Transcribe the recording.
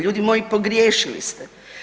Ljudi moji, pogriješili ste.